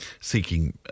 seeking